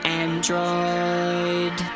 android